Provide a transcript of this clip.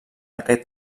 aquest